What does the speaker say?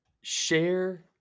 share